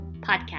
podcast